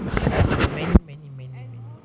many many many many many